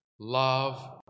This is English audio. Love